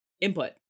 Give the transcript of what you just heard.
input